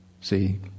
see